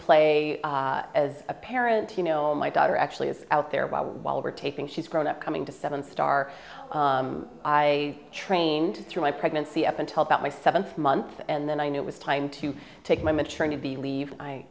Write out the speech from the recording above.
play as a parent you know my daughter actually is out there by while we're taping she's grown up coming to seven star i trained through my pregnancy up until about my seventh month and then i knew it was time to take my maternity leave i